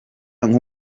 nko